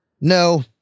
No